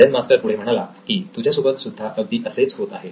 Zen master पुढे म्हणाला की तुझ्यासोबत सुद्धा अगदी असेच होत आहे